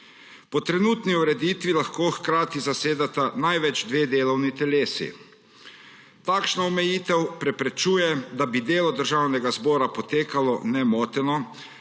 Po trenutni ureditvi lahko hkrati zasedata največ dve delovni telesi. Takšna omejitev preprečuje, da bi delo Državnega zbora potekalo nemoteno,